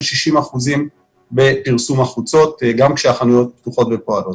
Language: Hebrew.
60 אחוזים בפרסום החוצות גם כשהחנויות פתוחות ופועלות.